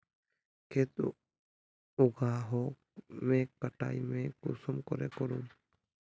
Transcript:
खेत उगोहो के कटाई में कुंसम करे करूम?